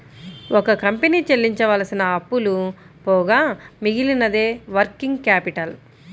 ఒక కంపెనీ చెల్లించవలసిన అప్పులు పోగా మిగిలినదే వర్కింగ్ క్యాపిటల్